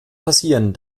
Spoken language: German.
passieren